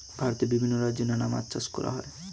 ভারতে বিভিন্ন রাজ্যে নানা মাছ চাষ করা হয়